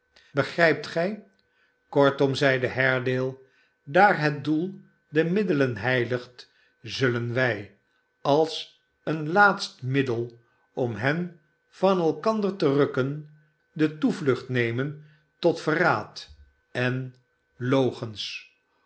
begrijpt gij kortom zeide haredale daar het doel de middelen heiligt zullen wij als een laatst middel om hen van elkander te rukken de toevlucht nemen tot verraad en